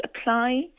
apply